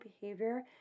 behavior